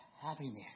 happiness